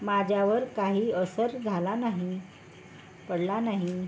माझ्यावर काही असर झाला नाही पडला नाही